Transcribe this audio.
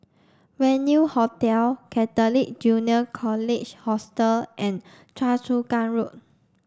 Venue Hotel Catholic Junior College Hostel and Choa Chu Kang Road